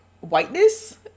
whiteness